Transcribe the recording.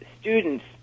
students